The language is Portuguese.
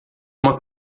uma